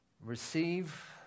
receive